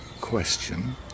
question